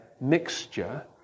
mixture